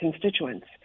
constituents